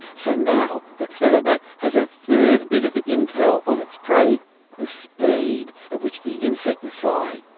so now the clever bat has a third bit of intel on its prey the speed at which the insect is flying.